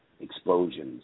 explosions